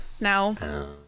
now